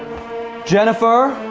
jennifer